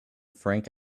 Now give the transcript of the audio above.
frank